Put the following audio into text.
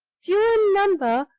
few in number,